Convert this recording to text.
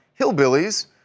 hillbillies